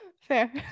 Fair